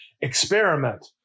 experiment